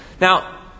Now